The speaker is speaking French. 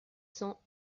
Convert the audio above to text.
cents